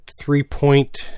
three-point